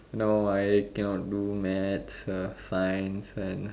now I cannot do maths uh science and